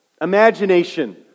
imagination